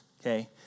okay